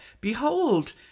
behold